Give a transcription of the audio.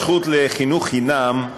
למרות הזכות לחינוך חינם,